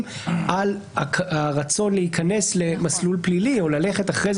על הרצון להיכנס למסלול פלילי או ללכת אחרי כן